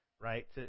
Right